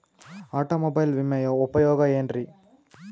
Automobile ವಿಮೆಯ ಉಪಯೋಗ ಏನ್ರೀ?